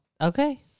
Okay